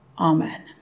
Amen